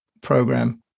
program